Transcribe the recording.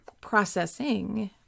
processing